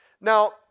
Now